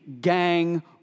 gang